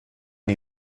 die